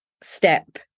step